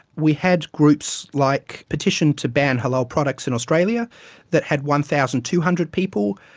we had groups like petition to ban halal products in australia that had one thousand two hundred people,